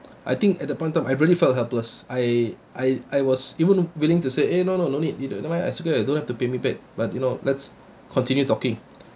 I think at the point of time I really felt helpless I I I was even though willing to say eh no no no need never mind as you don't have to pay me back but you know let's continue talking